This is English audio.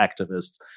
activists